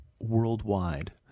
worldwide